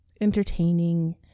entertaining